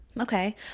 Okay